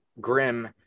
grim